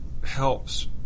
helps